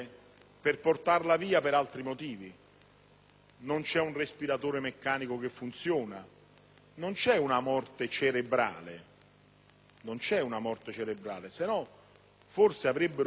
Non c'è un respiratore meccanico che funziona, non c'è la morte cerebrale, altrimenti forse avrebbero provveduto all'espianto